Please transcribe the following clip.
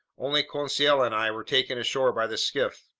only conseil and i were taken ashore by the skiff.